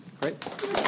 Great